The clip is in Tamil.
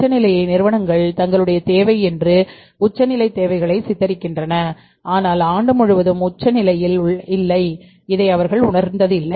உச்சநிலையை நிறுவனங்கள் தங்களுடைய தேவை என்று உச்ச நிலை தேவைகளை சித்தரிக்கின்றன ஆனால் ஆண்டு முழுவதும் நிலை உச்சத்தில் இல்லை இதை அவர்கள் உணர்ந்ததில்லை